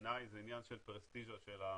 בעיני זה עניין של פרסטיז'ה של המקום.